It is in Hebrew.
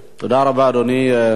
אדוני השר, מה אתה מבקש?